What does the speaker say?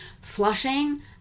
Flushing